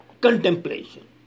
contemplation